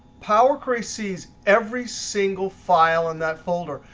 power query sees every single file in that folder.